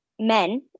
men